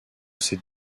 ces